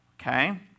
okay